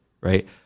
right